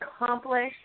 accomplish